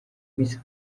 miss